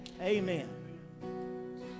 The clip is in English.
amen